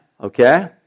Okay